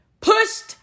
pushed